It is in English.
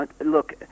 Look